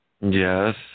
Yes